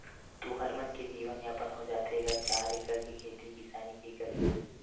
तुँहर मन के जीवन यापन हो जाथे गा चार एकड़ के खेती किसानी के करई म?